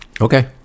okay